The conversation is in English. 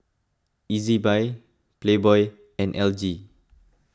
Ezbuy Playboy and L G